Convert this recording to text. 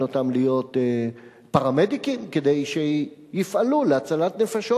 אותם להיות פרמדיקים כדי שיפעלו להצלת נפשות,